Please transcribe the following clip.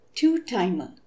Two-timer